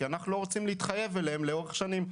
כי לא רוצים להתחייב אליהם לאורך שנים,